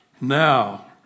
Now